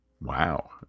Wow